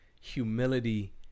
humility